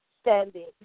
standing